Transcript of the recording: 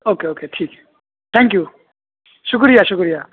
okay okay ٹھیک ہے thank you شکریہ شکریہ